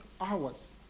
hours